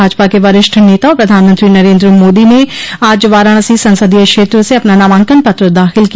भाजपा के वरिष्ठ नेता और प्रधानमंत्री नरेन्द्र मोदी ने आज वाराणसी संसदीय क्षेत्र से अपना नामांकन पत्र दाखिल किया